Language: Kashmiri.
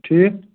ٹھیٖک